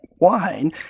wine